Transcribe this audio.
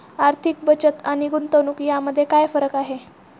आर्थिक बचत आणि गुंतवणूक यामध्ये काय फरक आहे?